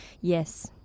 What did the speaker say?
Yes